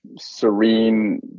serene